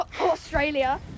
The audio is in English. australia